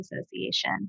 Association